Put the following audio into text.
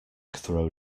throw